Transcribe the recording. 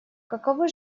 каковы